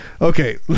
Okay